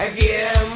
Again